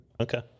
Okay